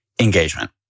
engagement